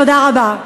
תודה רבה.